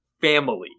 family